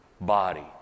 body